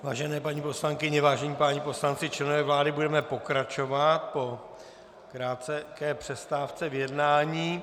Vážené paní poslankyně, vážení páni poslanci, členové vlády, budeme pokračovat po krátké přestávce v jednání.